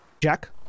Jack